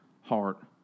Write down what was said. heart